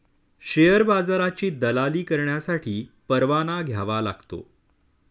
share बाजाराची दलाली करण्यासाठी परवाना घ्यावा लागतो